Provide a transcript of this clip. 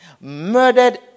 murdered